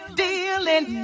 dealing